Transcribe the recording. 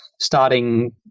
Starting